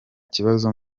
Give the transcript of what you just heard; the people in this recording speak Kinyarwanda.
kibazo